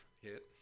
hit